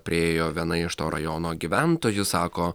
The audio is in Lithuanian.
priėjo viena iš to rajono gyventojų sako